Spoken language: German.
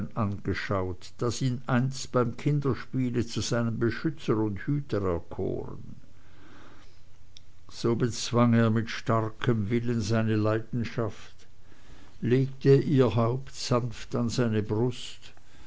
angeschaut das ihn einst beim kinderspiele zu seinem beschützer und hüter erkoren so bezwang er mit starkem willen seine leidenschaft legte ihr haupt sanft an seine brust